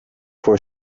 for